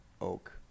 oak